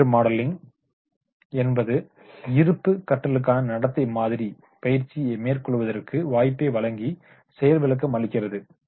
behaviour modelling என்பது இருப்பு கற்றலுக்கான நடத்தை மாதிரி பயிற்சியை மேற்கொள்வதற்கு வாய்ப்பை வழங்கி செயல் விளக்கம் அளிக்கிறது